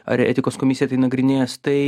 ar etikos komisija tai nagrinės tai